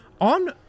On